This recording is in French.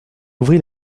ouvrit